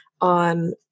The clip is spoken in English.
on